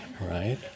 right